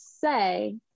say